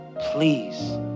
please